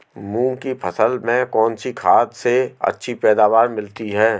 मूंग की फसल में कौनसी खाद से अच्छी पैदावार मिलती है?